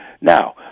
Now